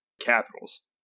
Capitals